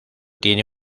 tiene